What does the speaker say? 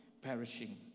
perishing